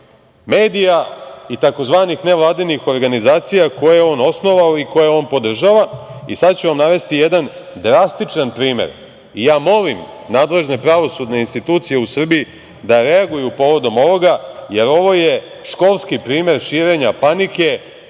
medija i tzv. nevladinih organizacija, koje je on osnovao i koje je on podržava. Sada ću vam navesti jedan drastičan primer i ja molim nadležne pravosudne institucije u Srbiji da reaguju povodom ovoga, jer ovo je školski primer širenja panike,